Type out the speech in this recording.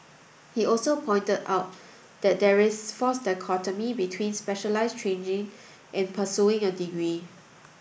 he also pointed out that there is false dichotomy between specialised training and pursuing a degree